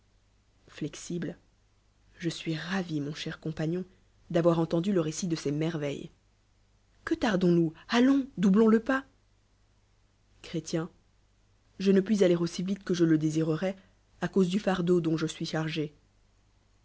xigle je suis ravi mon ch el compagnon d'avoir eniendti le récit je ces merveilles que tardons nous allons doublons le pas clarél je ne puis aller aussi vite que je le désiœrois à cause du fardeau dont je suis chargé